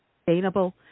sustainable